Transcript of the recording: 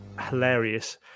hilarious